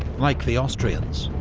like the austrians,